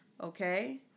okay